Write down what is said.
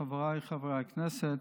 חבריי חברי הכנסת,